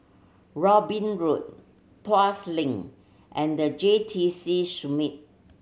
Robin Road Tuas Link and The J T C Summit